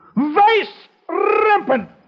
Vice-rampant